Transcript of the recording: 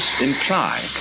imply